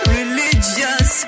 religious